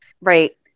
Right